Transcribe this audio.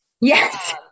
Yes